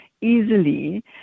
easily